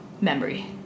memory